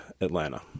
atlanta